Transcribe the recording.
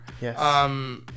Yes